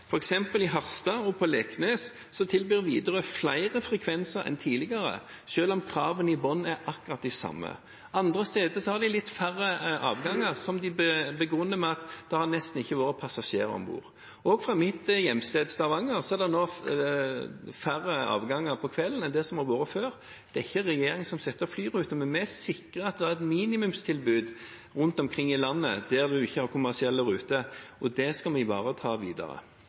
i Harstad og på Leknes tilbyr Widerøe flere frekvenser enn tidligere, selv om kravene i bunnen er akkurat de samme. Andre steder har de litt færre avganger, som de begrunner med at det nesten ikke har vært passasjerer om bord. Også fra mitt hjemsted, Stavanger, er det nå færre avganger på kvelden enn det har vært før. Det er ikke regjeringen som setter opp flyruter, men vi sikrer at det er et minimumstilbud rundt omkring i landet der en ikke har kommersielle ruter, og det skal vi ivareta videre.